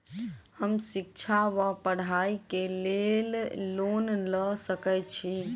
हम शिक्षा वा पढ़ाई केँ लेल लोन लऽ सकै छी?